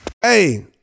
Hey